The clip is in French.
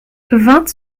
vingt